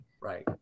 right